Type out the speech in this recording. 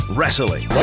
Wrestling